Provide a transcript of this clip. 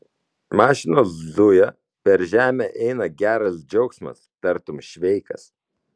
mašinos zuja per žemę eina geras džiaugsmas tartum šveikas